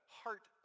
heart